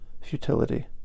futility